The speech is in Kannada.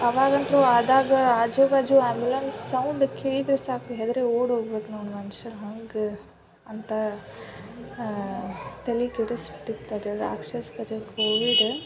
ಅವಾಗಂತೂ ಆದಾಗ ಆಜು ಬಾಜು ಅಲ್ಲೊಂದು ಸೌಂಡ್ ಕೇಳಿದರೆ ಸಾಕು ಹೆದರಿ ಓಡೋಗ್ಬೇಕು ನಾವು ಮನ್ಷ್ರು ಹಂಗೆ ಅಂತ ತಲೆ ಕೆಡಿಸ್ಬಿಟ್ಟಿತ್ತು ಅದೆಲ್ಲ ಕೋವಿಡ್